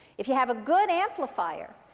if you have a good amplifier,